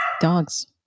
dogs